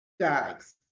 guys